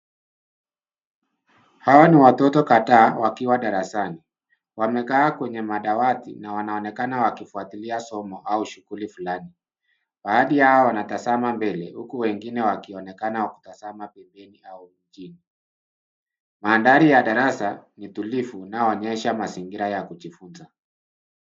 Hawa ni watoto kadhaa wakiwa darasani. Na wamekaa kwenye madawati na wanaonekana wakifuatilia somo au shughuli fulani. Baadhi yao wanatazama mbele huku wengine wakionekana wakitazama pembeni au chini. Mandhari ya darasa ni tulivu inayoonyesha mazingira ya kujifunza.